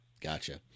Gotcha